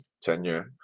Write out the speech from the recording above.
tenure